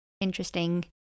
interesting